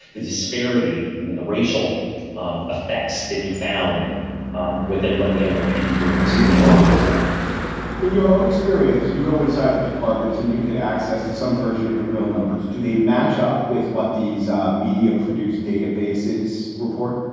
the disparity and the the racial um effects that you found um within what the and nypd doing was even more profound in your own experience you go inside the departments and you get access to some version of the real numbers. do they match up with what these media produce databases report?